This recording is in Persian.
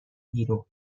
بیرون